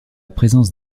présence